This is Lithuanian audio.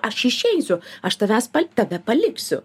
aš išeisiu aš tavęs tave paliksiu